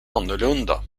annorlunda